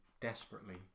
desperately